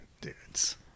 dudes